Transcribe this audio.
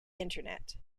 internet